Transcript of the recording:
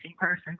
person